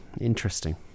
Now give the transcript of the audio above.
interesting